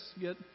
get